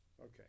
Okay